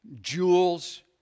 Jewels